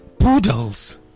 Poodles